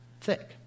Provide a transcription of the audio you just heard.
thick